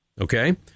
Okay